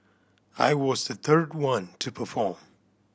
I was the third one to perform